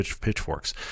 pitchforks